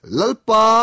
lalpa